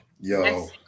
yo